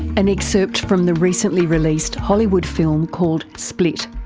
an excerpt from the recently released hollywood film called split.